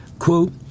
Quote